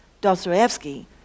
Dostoevsky